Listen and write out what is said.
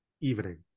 Evening